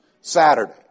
Saturday